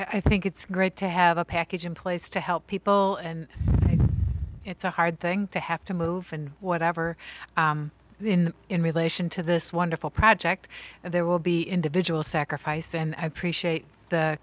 i think it's great to have a package in place to help people and it's a hard thing to have to move and whatever in in relation to this wonderful project there will be individual sacrifice and i appreciate